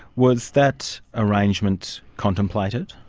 was that arrangement contemplated?